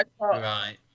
Right